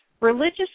religious